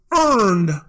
earned